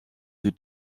sie